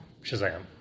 shazam